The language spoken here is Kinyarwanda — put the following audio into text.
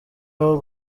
aho